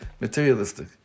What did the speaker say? materialistic